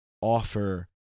offer